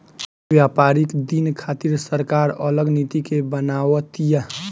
व्यापारिक दिन खातिर सरकार अलग नीति के बनाव तिया